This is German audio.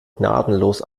gnadenlos